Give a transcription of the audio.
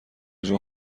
جون